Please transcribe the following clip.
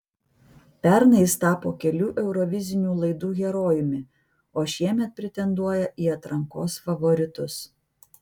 pernai jis tapo kelių eurovizinių laidų herojumi o šiemet pretenduoja į atrankos favoritus